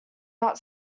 not